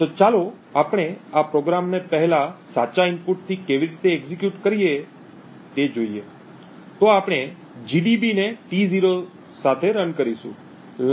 તો ચાલો આપણે આ પ્રોગ્રામને પહેલા સાચા ઇનપુટથી કેવી રીતે એક્ઝેક્યુટ કરીએ તે જોઈએ તો આપણે જીડીબી ને T0 સાથે રન કરીશું